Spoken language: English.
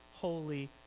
holy